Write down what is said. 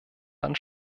dann